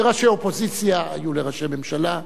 וראשי אופוזיציה יהיו לראשי ממשלה.